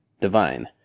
divine